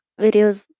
videos